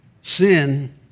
Sin